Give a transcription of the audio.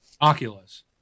Oculus